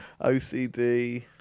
OCD